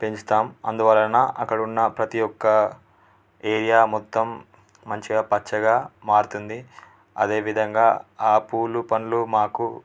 పెంచుతాం అందువలన అక్కడ ఉన్న ప్రతిఒక్క ఏరియా మొత్తం మంచిగా పచ్చగా మారుతుంది అదేవిధంగా ఆ పూలు పళ్ళు మాకు